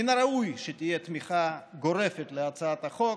מן הראוי שתהיה תמיכה גורפת להצעת החוק.